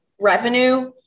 revenue